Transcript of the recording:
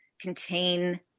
contain